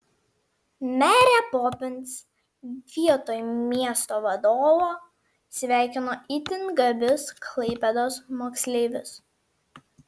merė popins vietoj miesto vadovo sveikino itin gabius klaipėdos moksleivius